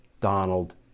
Donald